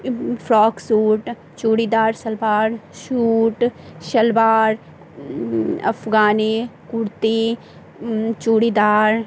frock suit churidar salwar suit salwar अफगानी कुर् चूड़ीदार